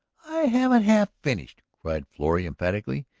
i haven't half finished, cried florrie emphatically.